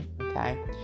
Okay